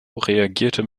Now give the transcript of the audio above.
reagierte